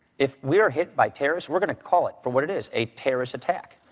if we are hit by terrorists, we're going to call it for what it is, a terrorist attack.